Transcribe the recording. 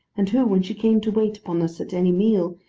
and who, when she came to wait upon us at any meal,